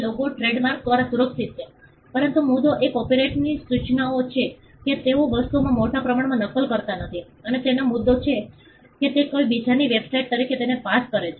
logo trademark દ્વારા સુરક્ષિત છે પરંતુ મુદ્દો એ કોપિરાઇટની સૂચનાઓનો છે કે લોકો વસ્તુઓની મોટા પ્રમાણમાં નકલ કરતા નથી અને તેને મૂકી દે છે અને કોઈ બીજાની વેબસાઇટ તરીકે તેને પાસ કરે છે